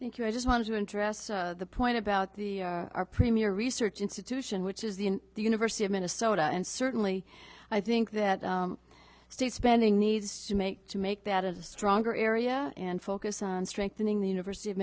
thank you i just wanted to address the point about the our premier research institution which is the in the university of minnesota and certainly i think that state spending needs to make to make that a stronger area and focus on strengthening the university of